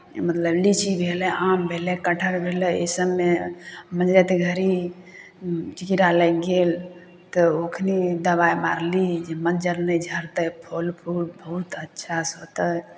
मतलब लीची भेलै आम भेलै कटहर भेलै ईसभमे मज्जरके घड़ी कीड़ा लागि गेल तऽ ओखनी दबाइ मारली जे मज्जर नहि झड़तै फल फूल बहुत अच्छासँ होतै